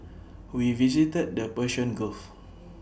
we visited the Persian gulf